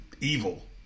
evil